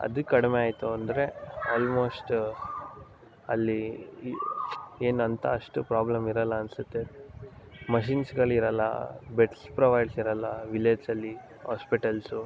ಅದು ಕಡಿಮೆ ಆಯಿತು ಅಂದರೆ ಆಲ್ಮೋಶ್ಟ್ ಅಲ್ಲಿ ಏನು ಅಂತ ಅಷ್ಟು ಪ್ರಾಬ್ಲಮ್ ಇರಲ್ಲ ಅನ್ನಿಸುತ್ತೆ ಮಷೀನ್ಸ್ಗಳಿರಲ್ಲ ಬೆಡ್ಸ್ ಪ್ರೊವೈಡ್ಸ್ ಇರಲ್ಲ ವಿಲೇಜ್ಸಲ್ಲಿ ಆಸ್ಪೆಟಲ್ಸು